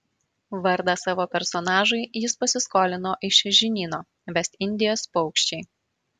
vardą savo personažui jis pasiskolino iš žinyno vest indijos paukščiai